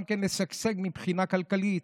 גם לשגשג מבחינה כלכלית.